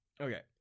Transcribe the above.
okay